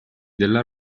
della